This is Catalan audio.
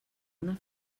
una